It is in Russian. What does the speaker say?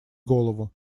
голову